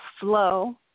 flow